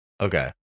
Okay